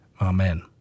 Amen